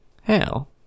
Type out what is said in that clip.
Hell